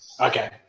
Okay